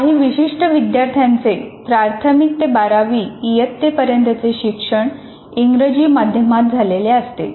काही विशिष्ट विद्यार्थ्यांचे प्राथमिक ते बारावी इयत्तेपर्यंतचे शिक्षण इंग्रजी माध्यमात झालेले असते